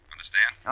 Understand